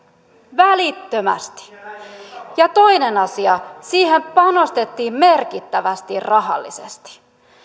välittömästi toinen asia siihen panostettiin merkittävästi rahallisesti